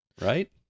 Right